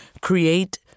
create